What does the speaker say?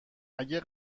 اگه